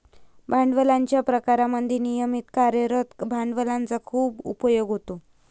भांडवलाच्या प्रकारांमध्ये नियमित कार्यरत भांडवलाचा खूप उपयोग होतो